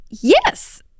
Yes